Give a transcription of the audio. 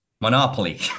Monopoly